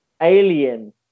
Alien